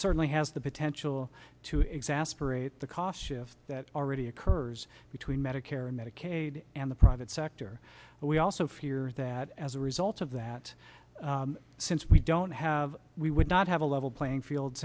certainly has the potential to exasperate the cost shift that already occurs between medicare and medicaid and the private sector but we also fear that as a result of that since we don't have we would not have a level playing field